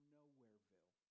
Nowhereville